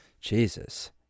Jesus